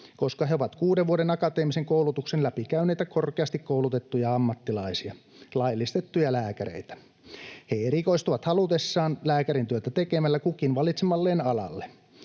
koska he ovat kuuden vuoden akateemisen koulutuksen läpikäyneitä korkeasti koulutettuja ammattilaisia, laillistettuja lääkäreitä. He erikoistuvat halutessaan lääkärin työtä tekemällä, kukin valitsemalleen alalle.